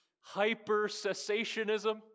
hyper-cessationism